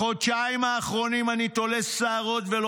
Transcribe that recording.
בחודשיים האחרונים אני תולש שערות ולא